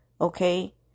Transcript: okay